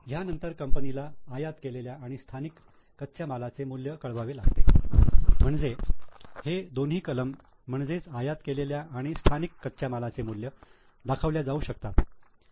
ह्यानंतर कंपनीला आयात केलेल्या आणि स्थानिक कच्च्या मालाचे मूल्य कळवावे लागते म्हणजे हे दोन्ही कलम म्हणजेच आयात केलेल्या आणि स्थानिक कच्च्या मालाचे मूल्य दाखवल्या जाऊ शकतात